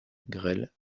grêle